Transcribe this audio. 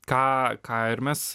ką ką ir mes